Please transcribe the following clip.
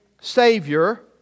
Savior